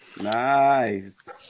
Nice